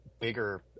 bigger